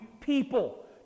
people